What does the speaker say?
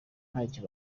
ntacyo